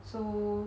so